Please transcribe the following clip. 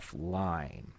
offline